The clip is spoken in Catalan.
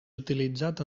utilitzat